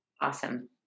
Awesome